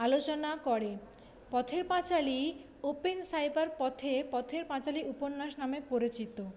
আলোচনা করে Pather Panchali open cyber পথে পথের পাঁচালী উপন্যাস নামে পরিচিত